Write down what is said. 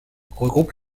regroupe